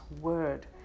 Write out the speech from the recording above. word